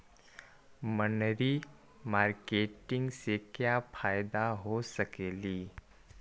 मनरी मारकेटिग से क्या फायदा हो सकेली?